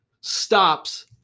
stops